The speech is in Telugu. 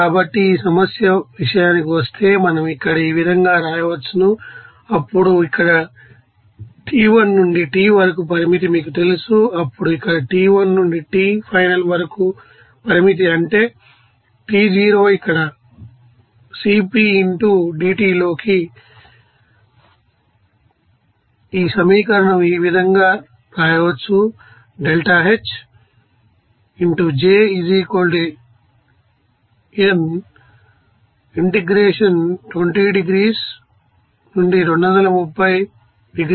కాబట్టి ఈ సమస్య విషయానికి వస్తే మనం ఇక్కడ ఈ విధంగా రాయవచ్చు అప్పుడు ఇక్కడ టి1 నుంచి టి వరకు పరిమితి మీకు తెలుసు అప్పుడు ఇక్కడT1 నుండి T ఫైనల్ వరకు పరిమితి అంటే T0ఇక్కడ Cp ఇంటూdT లోకి